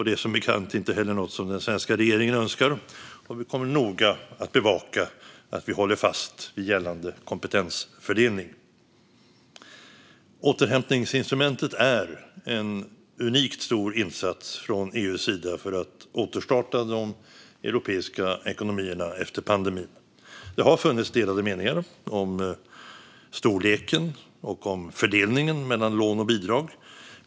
Det är som bekant inte heller något som den svenska regeringen önskar, och vi kommer noga att bevaka att vi håller fast vid gällande kompetensfördelning. Återhämtningsinstrumentet är en unikt stor insats från EU:s sida för att återstarta de europeiska ekonomierna efter pandemin. Det har funnits delade meningar om storleken och om fördelningen mellan lån och bidrag.